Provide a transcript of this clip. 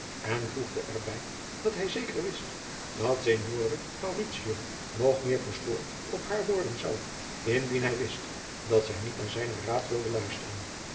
en voegde er bij dat hij zeker wist dat signore mauritio nog meer verstoord op haar worden zou indien hij wist dat zij niet naar zijnen raad wilde luisteren